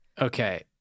Okay